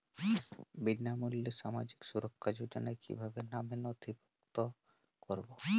বিনামূল্যে সামাজিক সুরক্ষা যোজনায় কিভাবে নামে নথিভুক্ত করবো?